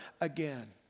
again